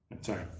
Sorry